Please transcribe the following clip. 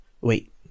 wait